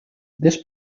this